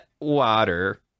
water